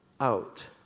out